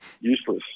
useless